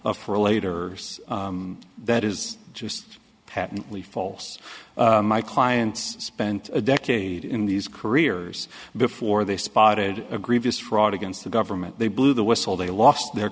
for a later that is just patently false my clients spent a decade in these careers before they spotted a grevious fraud against the government they blew the whistle they lost their